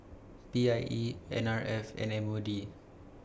P I E N R F and M O D